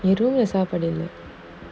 you doing it saturday ah